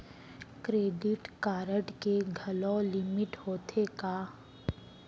Credit card के घलव limit होथे का?